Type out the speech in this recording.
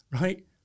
Right